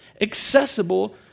accessible